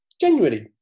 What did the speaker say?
Genuinely